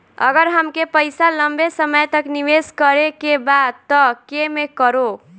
अगर हमके पईसा लंबे समय तक निवेश करेके बा त केमें करों?